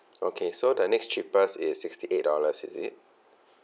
okay so the next cheapest is sixty eight dollars is it